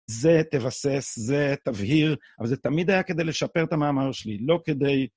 זה תבסס, זה תבהיר, אבל זה תמיד היה כדי לשפר את המאמר שלי, לא כדי...